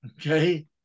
Okay